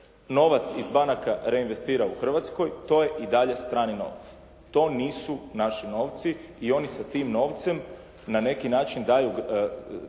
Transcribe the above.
novac iz banaka reinvestira u Hrvatskoj, to je i dalje strani novac. To nisu naši novci. I oni sa tim novcem na neki način daju